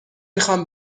میخوام